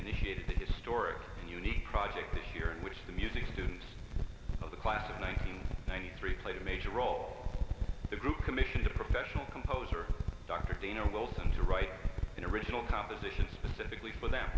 indicated historic and unique project this year in which the music students of the class of nineteen ninety three played a major role in the group commissioned a professional composer dr dino wilson to write an original composition specifically for th